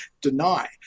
deny